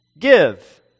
Give